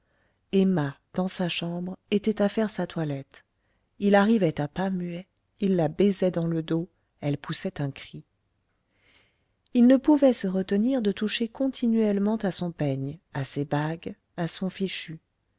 emma dans sa chambre était à faire sa toilette il arrivait à pas muets il la baisait dans le dos elle poussait un cri il ne pouvait se retenir de toucher continuellement à son peigne à ses bagues à son fichu